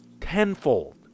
tenfold